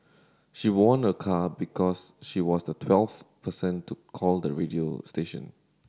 she won a car because she was the twelfth person to call the radio station